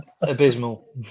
abysmal